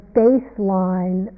baseline